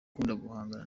guhangana